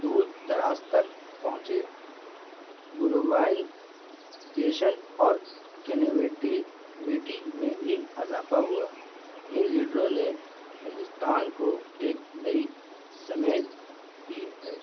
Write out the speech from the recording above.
دور دراز تک پہنچے گلوبائنجیشن اور کنیویٹیویٹی میں بھی اضافہ ہوا ان لیڈروں نے ہندوستان کو ایک نئی سمیت دی ہے